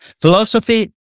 Philosophy